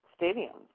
stadiums